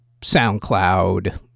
SoundCloud